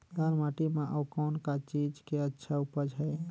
लाल माटी म अउ कौन का चीज के अच्छा उपज है?